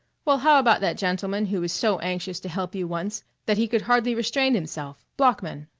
well, how about that gentleman who was so anxious to help you once that he could hardly restrain himself, bloeckman?